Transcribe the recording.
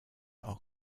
are